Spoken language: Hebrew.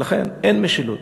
ולכן אין משילות,